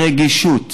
ברגישות,